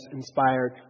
inspired